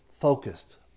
focused